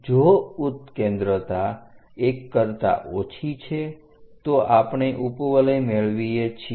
જો ઉત્કેન્દ્રતા 1 કરતા ઓછી છે તો આપણે ઉપવલય મેળવીએ છીએ